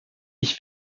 ich